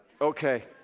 Okay